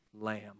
Lamb